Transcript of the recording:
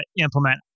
implement